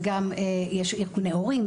יש ארגוני הורים,